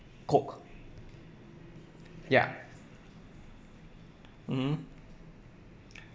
coke ya mmhmm